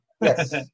yes